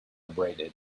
abraded